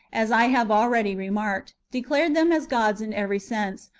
as i have already remarked, declare them as gods in every sense,